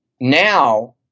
now